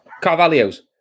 Carvalho's